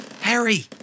Harry